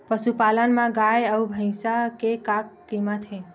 पशुपालन मा गाय अउ भंइसा के का कीमत हे?